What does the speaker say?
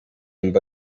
mba